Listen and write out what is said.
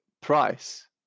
price